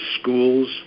schools